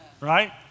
Right